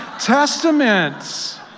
testaments